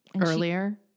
earlier